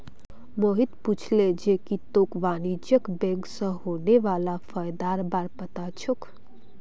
मोहित पूछले जे की तोक वाणिज्यिक बैंक स होने वाला फयदार बार पता छोक